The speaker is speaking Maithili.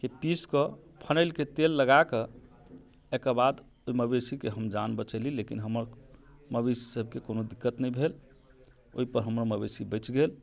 के पीस कऽ फनेलके तेल लगा कऽ एहिके बाद ओहग मवेशीके हम जान बचैली लेकिन हमर मवेशी सभके कोनो दिक्कत नहि भेल ओहि पर हमर मवेशी बचि गेल